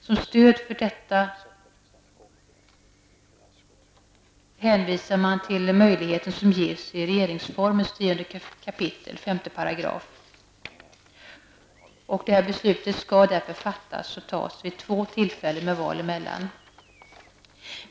Som stöd för detta hänvisar man till de möjligheter som ges i regeringsformens 10 kap. 5 §. Detta beslut skall därför fattas vid två tillfällen med ett val emellan.